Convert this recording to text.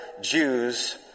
Jews